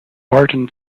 barton